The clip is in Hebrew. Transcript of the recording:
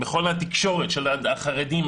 בכל התקשורת של החרדים,